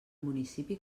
municipi